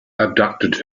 abducted